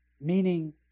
meaning